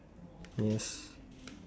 yes